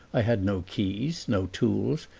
i had no keys, no tools,